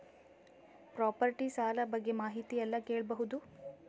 Property ಸಾಲ ಬಗ್ಗೆ ಮಾಹಿತಿ ಎಲ್ಲ ಕೇಳಬಹುದು?